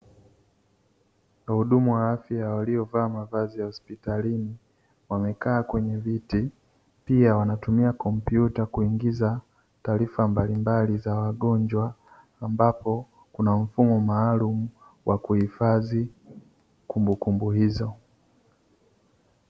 Wahudumu wa afya waliovaa mavazi ya hospitalini, wamekaa kwenye viti pia wanatumia kompyuta kuingiza taarifa mbalimbali za wagonjwa, ambapo kuna mfumo maalumu wa kuhifadhi kumbukumbu hizo.